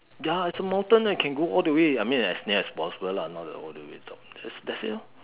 ya it's a mountain lah can go all the way I mean as near as possible lah not like all the way to the top but that's it lah